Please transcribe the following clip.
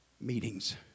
meetings